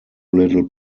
little